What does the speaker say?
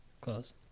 close